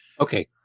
Okay